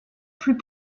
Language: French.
plus